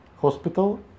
hospital